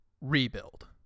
rebuild